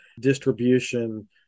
distribution